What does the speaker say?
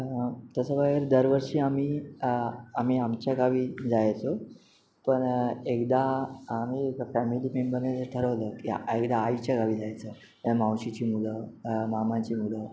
तसं बघ दरवर्षी आम्ही आम्ही आमच्या गावी जायचो पण एकदा आम्ही फॅमिली मेंबरने जे ठरवलं की एकदा आईच्या गावी जायचं मावशीची मुलं मामाची मुलं